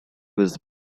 was